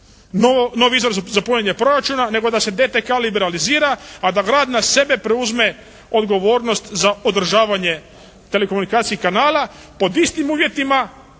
novi izraz za punjenje proračuna, nego da se DTK-a liberalizira a da grad na sebe preuzme odgovornost za održavanje telekomunikacijskih kanala pod istim uvjetima